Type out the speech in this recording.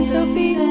Sophie